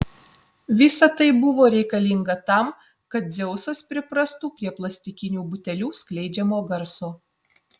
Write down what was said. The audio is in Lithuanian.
visa tai buvo reikalinga tam kad dzeusas priprastų prie plastikinių butelių skleidžiamo garso